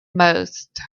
most